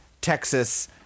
Texas